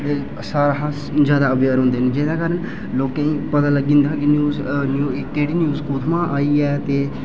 सारां हां ज्यादा अवेयर होंदे न जेह्दे कारण लोकें गी पता लग्गी जंदा कि नेईं केह्ड़ी न्यूज़ कुत्थुआं आई ते